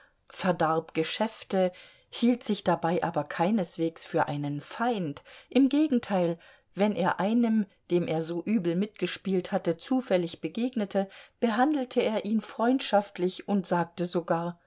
verdarb geschäfte hielt sich dabei aber keineswegs für einen feind im gegenteil wenn er einem dem er so übel mitgespielt hatte zufällig begegnete behandelte er ihn freundschaftlich und sagte sogar